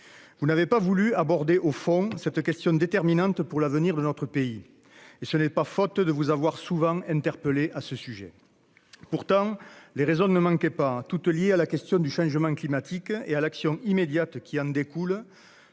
Vous n'avez pas voulu aborder au fond cette question déterminante pour l'avenir de notre pays, madame la ministre. Et ce n'est pas faute de vous avoir souvent interpellée à ce sujet. Pourtant, les raisons ne manquaient pas : elles sont toutes liées à la question du changement climatique et à l'action immédiate qui en découle,